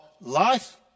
life